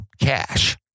cash